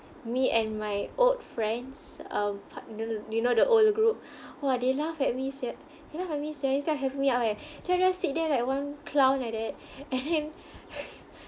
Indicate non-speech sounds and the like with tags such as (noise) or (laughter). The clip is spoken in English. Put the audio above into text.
me and my old friends um partner you know the old group (breath) (breath) !wah! they laughed at me sia they laughed at me sia instead of help me out eh then I just sit there like one clown like that (breath) and then (laughs)